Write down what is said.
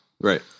Right